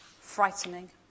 frightening